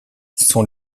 sont